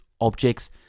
objects